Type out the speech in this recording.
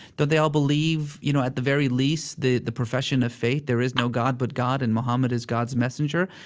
they all believe, you know, at the very least, the the profession of faith, there is no god, but god and muhammad is god's messenger?